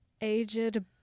aged